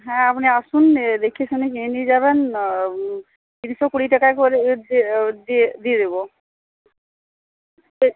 হ্যাঁ আপনি আসুন এ দেখে শুনে কিনে নিয়ে যাবেন তিনশো কুড়ি টাকা করে দিয়ে দিয়ে দেবো